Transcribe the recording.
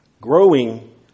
growing